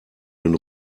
den